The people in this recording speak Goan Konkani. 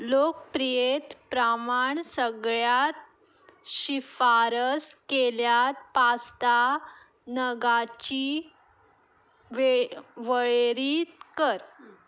लोकप्रियेत प्रामाण सगळ्यात शिफारस केल्यात पास्ता नगाची वेळ वळेरीत कर